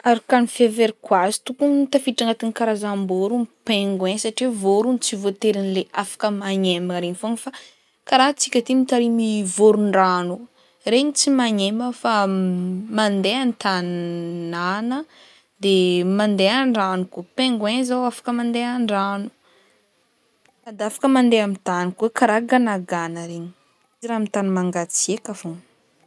Araka ny fiheverako azy tokony tafiditry agnatin'ny karazam-borogno pinguoin satria vorogno tsy voatery le afaka magnembagna regny fogna fa karaha antsika aty mitarimy voron-drano, regny tsy magnemba fa mandeha an-tany na- na- de mandeha an-drano koa, pingouin zao afaky mandeha an-drano, sady afaka mandeha amy tany koa karaha ganagana regny, izy raha amy tany mangatsiaka fogna.